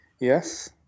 yes